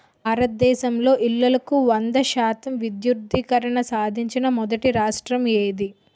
భారతదేశంలో ఇల్లులకు వంద శాతం విద్యుద్దీకరణ సాధించిన మొదటి రాష్ట్రం ఏది?